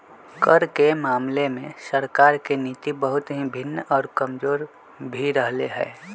कर के मामले में सरकार के नीति बहुत ही भिन्न और कमजोर भी रहले है